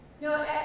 No